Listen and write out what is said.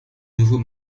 nouveau